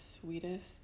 sweetest